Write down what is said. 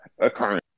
occurring